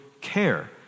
care